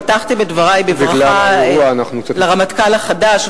פתחתי בדברי בברכה לרמטכ"ל החדש,